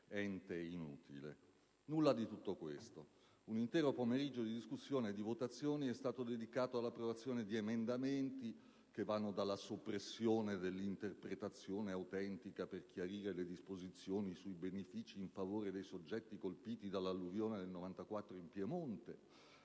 Nulla di tutto questo: un intero pomeriggio di discussione e di votazioni è stato dedicato all'approvazione di emendamenti che vanno dalla soppressione dell'interpretazione autentica per chiarire le disposizioni sui benefici in favore dei soggetti colpiti dall'alluvione del '94 in Piemonte,